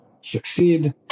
succeed